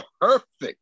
perfect